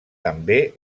també